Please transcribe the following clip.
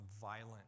violent